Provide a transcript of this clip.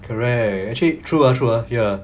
correct actually true lah true lah ya